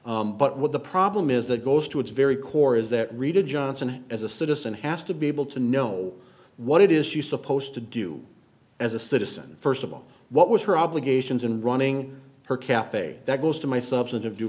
but what the problem is that goes to its very core is that rita johnson as a citizen has to be able to know what it is she supposed to do as a citizen first of all what was her obligations in running her cafe that goes to my substantive due